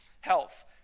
health